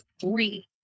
three